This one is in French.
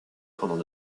pendant